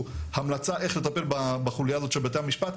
המלצה איך לטפל בחוליה הזאת של בתי המשפט,